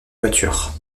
voiture